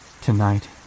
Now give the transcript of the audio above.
Tonight